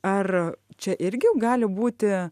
ar čia irgi gali būti